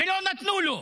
ולא נתנו לו.